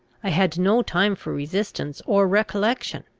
i had no time for resistance or recollection.